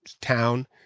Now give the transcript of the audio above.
town